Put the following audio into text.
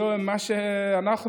ואנחנו,